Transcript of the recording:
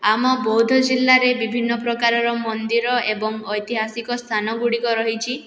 ଆମ ବୌଦ୍ଧ ଜିଲ୍ଲାରେ ବିଭିନ୍ନ ପ୍ରକାରର ମନ୍ଦିର ଏବଂ ଐତିହାସିକ ସ୍ଥାନ ଗୁଡ଼ିକ ରହିଛି